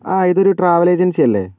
ആ ഇതൊരു travel agency അല്ലേ